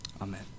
amen